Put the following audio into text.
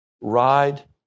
ride